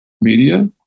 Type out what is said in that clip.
media